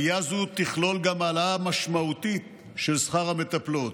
עלייה זו תכלול גם העלאה משמעותית של שכר המטפלות.